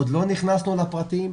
עוד לא נכנסנו לפרטים,